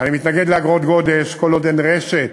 אני מתנגד לאגרות גודש כל עוד אין רשת,